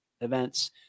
events